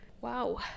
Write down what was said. wow